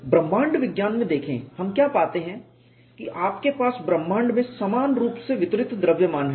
ब्रह्मांड विज्ञान में देखें हम क्या पाते हैं कि आपके पास ब्रह्मांड में समान रूप से वितरित द्रव्यमान है